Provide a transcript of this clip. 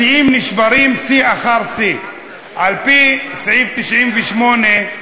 השיאים נשברים, שיא אחר שיא, על-פי סעיף 98,